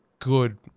good